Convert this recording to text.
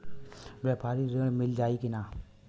व्यापारी ऋण मिल जाई कि ना?